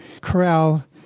corral